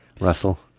Russell